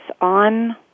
on